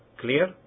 Clear